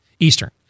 Eastern